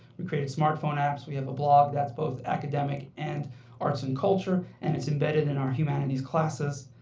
we created smart phone apps. we have a blog that's both academic and arts and culture. and it's embedded in our humanities classes.